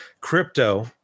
Crypto